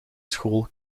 school